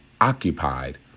occupied